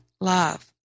love